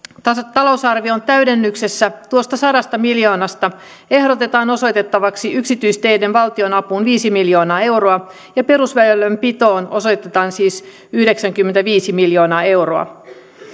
talousarvion täydennyksessä tuosta sadasta miljoonasta ehdotetaan osoitettavaksi yksityisteiden valtion apuun viisi miljoonaa euroa ja perusväylänpitoon osoitetaan siis yhdeksänkymmentäviisi miljoonaa euroa